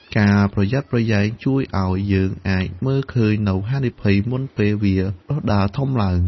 ការប្រយ័ត្នប្រយែងជួយឱ្យយើងអាចមើលឃើញនូវហានិភ័យមុនពេលវាដុះដាលធំឡើង។